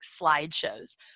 slideshows